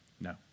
No